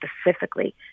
specifically